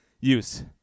use